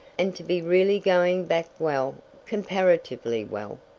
and to be really going back well comparatively well,